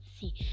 see